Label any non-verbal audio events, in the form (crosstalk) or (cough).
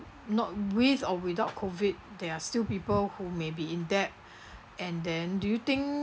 not with or without COVID there're still people who may be in debt (breath) and then do you think